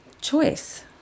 choice